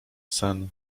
sen